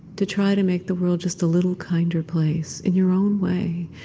to try to make the world just a little kinder place in your own way.